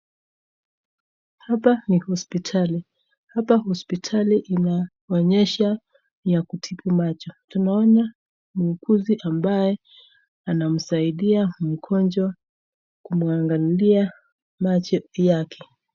Hapa ni hospitali hapa hospitali inaonyesha ya kutibu macho tunaona muuguzi ambaye anasaidia mgonjwa kumwangalia macho yake.